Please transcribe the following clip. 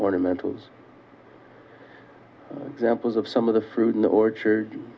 ornamentals examples of some of the fruit in orchard